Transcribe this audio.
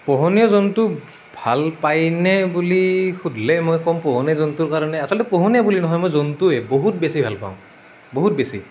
পোহনীয়া জন্তু ভাল পাইনে বুলি সুধিলে মই ক'ম পোহনীয়া জন্তুৰ কাৰণে আচলতে পোহনীয়া বুলি নহয় মই জন্তুৱে বহুত বেছি ভাল পাওঁ বহুত বেছি